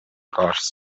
corsi